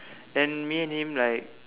then me and him like